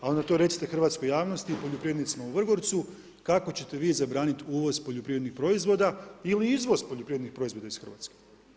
A onda to recite hrvatskoj javnosti i poljoprivrednicima u Vrgorcu, kako ćete vi zabraniti uvoz poljoprivrednih proizvoda ili izvoz poljoprivrednih proizvoda iz Hrvatske.